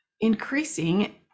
increasing